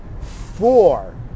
four